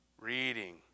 reading